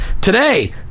today